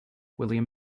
william